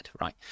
right